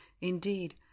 Indeed